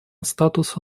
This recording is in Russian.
статуса